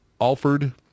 Alford